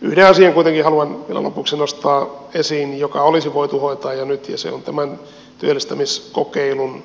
yhden asian kuitenkin haluan vielä lopuksi nostaa esiin joka olisi voitu hoitaa jo nyt ja se on työllistämiskokeilun